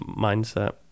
mindset